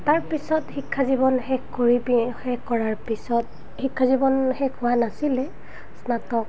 তাৰ পিছত শিক্ষা জীৱন শেষ কৰি পিনি শেষ কৰাৰ পিছত শিক্ষা জীৱন শেষ হোৱা নাছিলে স্নাতক